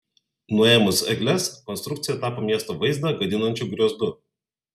nuėmus egles konstrukcija tapo miesto vaizdą gadinančiu griozdu